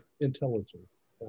Intelligence